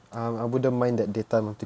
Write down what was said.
um I wouldn't mind that data multi~